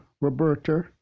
Roberta